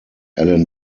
alain